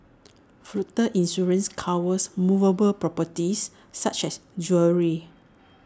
floater insurance covers movable properties such as jewellery